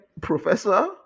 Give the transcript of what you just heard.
professor